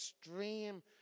extreme